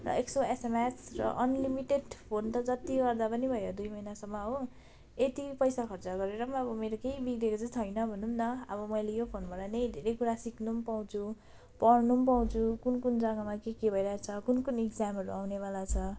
र एक सय एसएमएस र अन लिमिटेड फोन त जति गर्दा पनि भयो दुई महिनासम्म हो यति पैसा खर्च गरेर अब मेरो केही बिग्रेको चाहिँ छैन भनौँ न अब मैले यो फोनबाट नै धेरै कुरा सिक्नु पाउँछु पढ्नु पाउँछु कुन कुन जगामा के के भइरहेको छ कुन कुन इक्जामहरू आउनेवाला छ